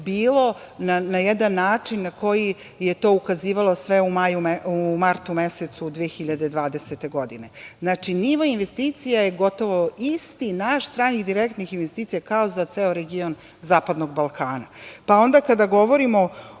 bilo na jedan način na koji je to ukazivalo sve u martu mesecu 2020. godine. Znači, nivo investicija je gotovo isti, naš, stranih direktnih investicija, kao za ceo region Zapadnog Balkana. Onda, kada govorimo